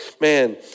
Man